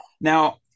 now